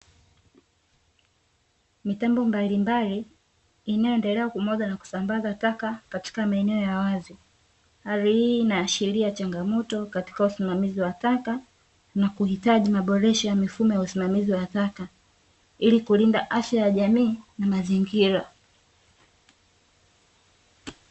Mitambo mbalimbali inayoendelea kumwaga na kusambaza taka katika maeneo ya wazi. Hali hii inaashiria changamoto katika usimamizi wa taka na kuhitaji maboresho ya mifumo ya usimamizi wa taka, ili kulinda afya ya jamii na mazingira.